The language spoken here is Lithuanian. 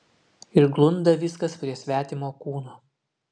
ir glunda viskas prie svetimo kūno